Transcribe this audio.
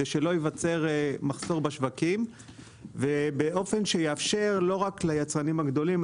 כדי שלא ייווצר מחסור בשווקים באופן שיאפשר לא רק ליצרנים הגדולים,